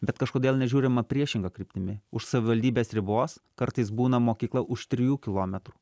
bet kažkodėl nežiūrima priešinga kryptimi už savivaldybės ribos kartais būna mokykla už trijų kilometrų